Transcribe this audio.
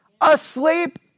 asleep